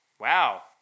Wow